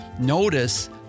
Notice